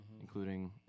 including